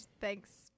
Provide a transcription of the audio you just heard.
thanks